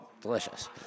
delicious